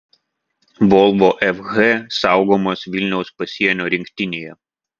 volvo fh saugomas vilniaus pasienio rinktinėje